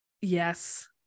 Yes